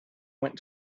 went